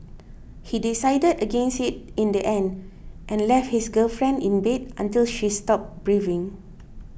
he decided against it in the end and left his girlfriend in bed until she stopped breathing